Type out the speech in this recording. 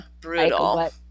brutal